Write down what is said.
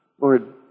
Lord